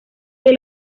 que